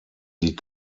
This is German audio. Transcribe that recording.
die